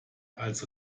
als